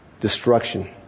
destruction